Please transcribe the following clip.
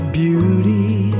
beauty